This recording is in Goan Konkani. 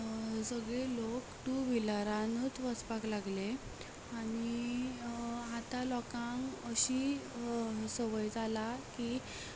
सगले लोक टू व्हिलरानूच वचपाक लागले आनी आतां लोकांक अशी संवय जाला की